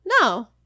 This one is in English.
No